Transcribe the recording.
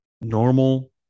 normal